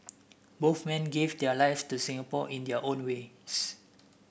men gave their lives to Singapore in their own ways